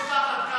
הוא נכנס.